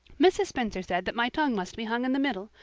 mrs. spencer said that my tongue must be hung in the middle.